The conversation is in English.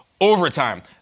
Overtime